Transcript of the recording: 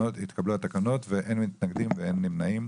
אין מתנגדים ואין נמנעים.